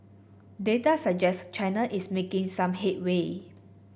data suggests China is making some headway